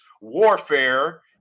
Warfare